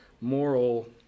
moral